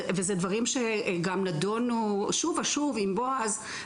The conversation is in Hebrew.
וזה דברים שגם נדונו שוב ושוב עם בועז,